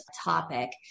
topic